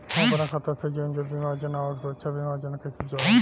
हम अपना खाता से जीवन ज्योति बीमा योजना आउर सुरक्षा बीमा योजना के कैसे जोड़म?